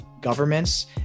governments